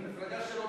מפלגה שלו,